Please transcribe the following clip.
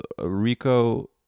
Rico